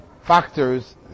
factors